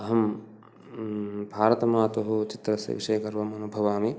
अहं भारतमातुः चित्रस्य विषये गर्वम् अनुभवामि